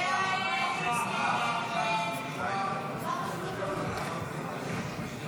הסתייגות 61 לחלופין ב לא נתקבלה.